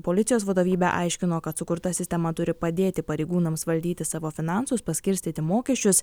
policijos vadovybė aiškino kad sukurta sistema turi padėti pareigūnams valdyti savo finansus paskirstyti mokesčius